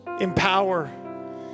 Empower